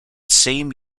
same